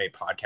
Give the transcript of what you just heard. podcast